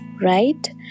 right